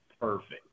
perfect